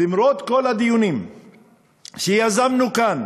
למרות כל הדיונים שיזמנו כאן